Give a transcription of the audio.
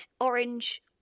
orange